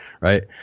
Right